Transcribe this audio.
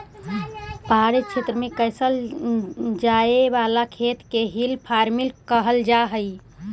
पहाड़ी क्षेत्र में कैइल जाए वाला खेत के हिल फार्मिंग कहल जा हई